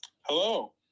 Hello